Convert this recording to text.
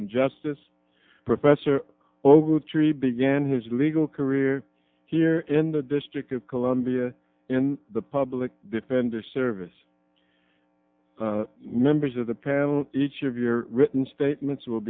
and justice professor ogletree began his legal career here in the district of columbia in the public defender service members of the panel each of your written statements will